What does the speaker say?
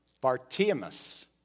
Bartimaeus